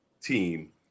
team